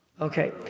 okay